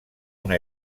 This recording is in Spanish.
una